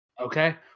Okay